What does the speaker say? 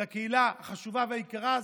לקהילה החשובה והיקרה הזו,